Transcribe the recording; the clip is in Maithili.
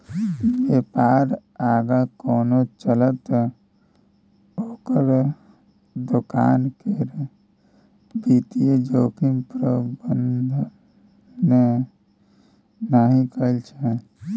बेपार आगाँ कोना चलतै ओकर दोकान केर वित्तीय जोखिम प्रबंधने नहि कएल छै